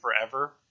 forever